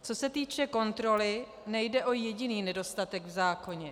Co se týče kontroly, nejde o jediný nedostatek v zákoně.